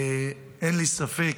ואין לי ספק